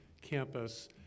campus